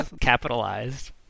capitalized